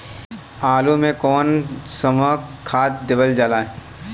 आलू मे कऊन कसमक खाद देवल जाई?